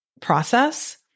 process